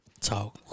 Talk